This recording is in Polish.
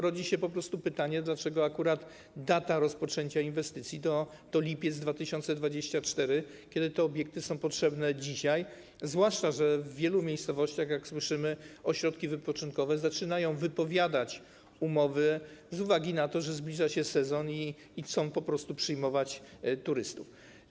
Rodzi się tylko pytanie, dlaczego akurat data rozpoczęcia inwestycji, lipiec 2024 r., kiedy te obiekty są potrzebne dzisiaj, zwłaszcza że w wielu miejscowościach, jak słyszymy, ośrodki wypoczynkowe zaczynają wypowiadać umowy z uwagi na to, że zbliża się sezon i chcą po prostu przyjmować turystów.